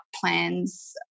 plans